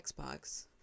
Xbox